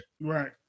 Right